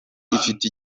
ifite